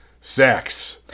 sex